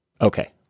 Okay